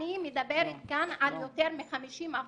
אני מדברת כאן על יותר מ-50%